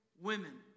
women